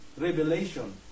revelation